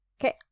Okay